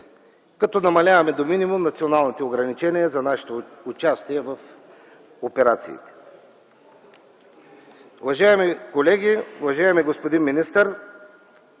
като намаляваме до минимум националното ограничение за нашето участие в операциите. Уважаеми колеги, уважаеми господин министър,